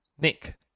Nick